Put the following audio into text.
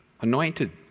Anointed